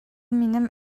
минем